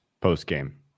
post-game